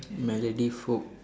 melody folk